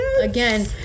again